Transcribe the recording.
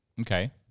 Okay